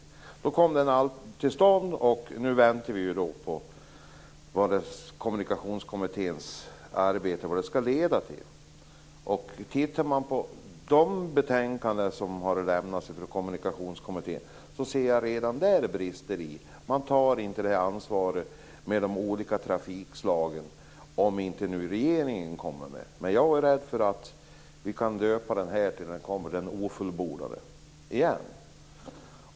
Så småningom kom den till stånd, och nu väntar vi på vad Kommunikationskommitténs arbete skall leda till. Om jag tittar på de betänkanden som hittills har lämnats från Kommunikationskommittén ser jag redan där brister. Man tar inte ansvaret för de olika trafikslagen. Regeringen kan förstås ha något ytterligare att komma med, men jag är rädd för att utredningen när den kommer kan döpas till "den ofullbordade" - igen.